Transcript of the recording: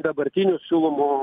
dabartinių siūlomų